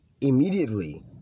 Immediately